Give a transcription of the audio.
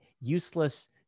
useless